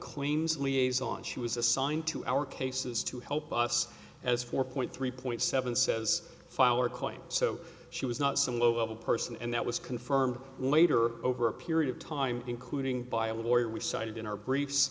claims liaison she was assigned to our cases to help us as four point three point seven says file our claims so she was not some low level person and that was confirmed later over a period of time including by a lawyer we cited in our briefs